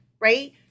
right